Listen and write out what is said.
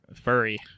furry